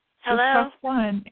Hello